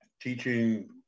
teaching